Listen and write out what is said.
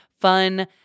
fun